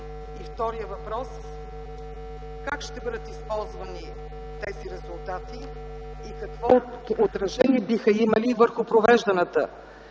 Вторият въпрос: как ще бъдат използвани тези резултати и какво отражение биха имали върху провежданата